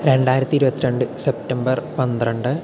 രണ്ടായിരത്തി ഇരുപത്തി രണ്ട് സെപ്റ്റംബർ പന്ത്രണ്ട്